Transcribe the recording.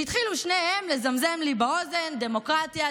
והתחילו שניהם לזמזם לי באוזן: "דמוקרטיה,